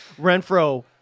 Renfro